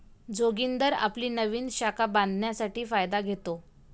जोगिंदर आपली नवीन शाखा बांधण्यासाठी फायदा घेतो